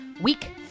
Week